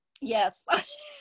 Yes